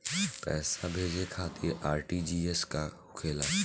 पैसा भेजे खातिर आर.टी.जी.एस का होखेला?